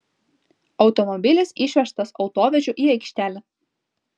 automobilis išvežtas autovežiu į aikštelę